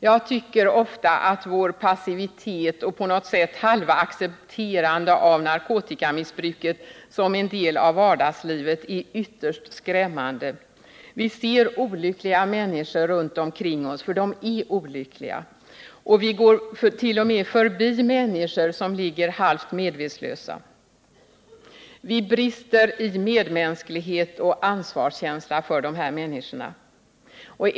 Jag tycker att vår passivitet och på något sätt halva accepterande av narkotikamissbruket som en del av vardagslivet är ytterst skrämmande. Vi ser olyckliga människor runt omkring oss, för de är olyckliga. Och vi går t.o.m. förbi människor som ligger halvt medvetslösa. Vi brister i medmänsklighet och ansvarskänsla för de här människorna.